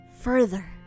further